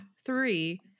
three